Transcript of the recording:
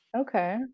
Okay